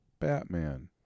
Batman